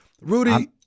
Rudy